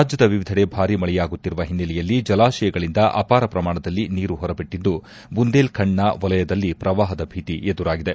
ರಾಜ್ಯದ ವಿವಿಧೆಡೆ ಭಾರೀ ಮಳೆಯಾಗುತ್ತಿರುವ ಹಿನ್ನೆಲೆಯಲ್ಲಿ ಜಲಾಶಯಗಳಿಂದ ಅಪಾರ ಪ್ರಮಾಣದಲ್ಲಿ ನೀರು ಹೊರಬಿಟ್ಟಿದ್ದು ಬುಂದೇಲ್ಖಂಡನ ವಲಯದಲ್ಲಿ ಪ್ರವಾಹದ ಭೀತಿ ಎದುರಾಗಿದೆ